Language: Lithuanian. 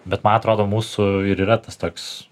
bet man atrodo mūsų ir yra tas toks